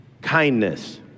kindness